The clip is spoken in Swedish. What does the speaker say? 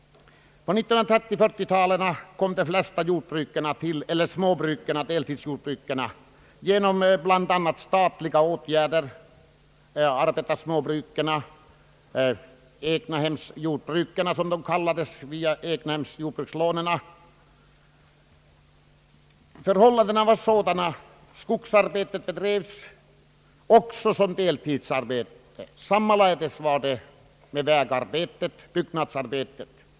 De flesta deltidsjordbruken tillkom under 1940-talet, bl.a. genom statliga åtgärder. Vi fick arbetarsmåbruken — egnahemsjordbruken som de kallades — via egnahemsjordbrukslånen. Skogsarbetet var också deltidsarbete, liksom vägarbetet och byggnadsarbetet.